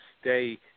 stay